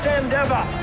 endeavor